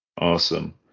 awesome